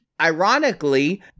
ironically